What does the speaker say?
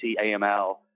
aml